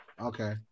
Okay